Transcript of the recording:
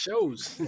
Shows